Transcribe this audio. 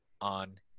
on